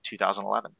2011